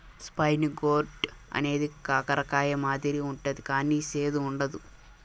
spiny gourd అనేది కాకర కాయ మాదిరి ఉంటది కానీ సేదు ఉండదు